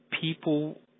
people